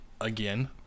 again